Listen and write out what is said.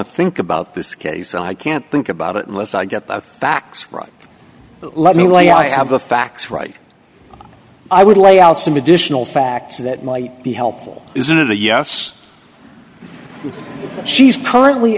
to think about this case and i can't think about it unless i get the facts right let me lay i have the facts right i would lay out some additional facts that might be helpful is that a yes she's currently